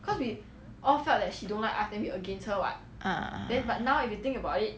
ah